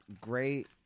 great